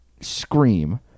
scream